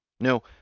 No